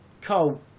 Cole